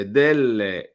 delle